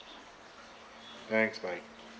thanks bye